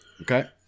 Okay